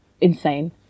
insane